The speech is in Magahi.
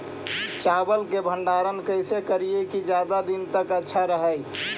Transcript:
चावल के भंडारण कैसे करिये की ज्यादा दीन तक अच्छा रहै?